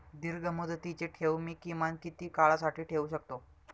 दीर्घमुदतीचे ठेव मी किमान किती काळासाठी ठेवू शकतो?